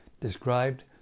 described